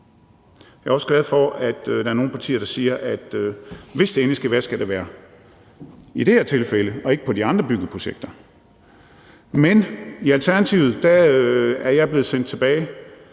Jeg er også glad for, at der er nogle partier, der siger, at hvis det endelig skal være, skal det være i det her tilfælde og ikke på de andre byggeprojekter. Men i Alternativet er jeg blevet sendt tilbage